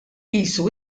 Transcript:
qisu